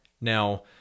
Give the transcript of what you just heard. Now